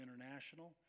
International